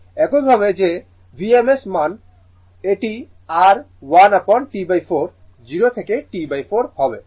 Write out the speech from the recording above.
একইভাবে যে Vrms মান এটি r 1 upon T4 0 থেকে T4 হবে